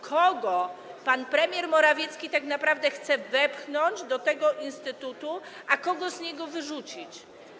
Kogo pan premier Morawiecki tak naprawdę chce wepchnąć do tego instytutu, a kogo z niego wyrzucić?